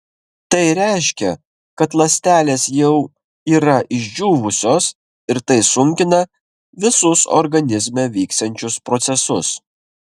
tai reiškia kad ląstelės jau yra išdžiūvusios ir tai sunkina visus organizme vyksiančius procesus